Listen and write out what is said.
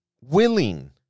willing